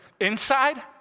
inside